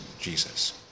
Jesus